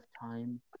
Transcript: time